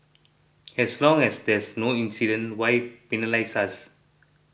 as long as there's no incident why penalise us